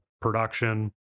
production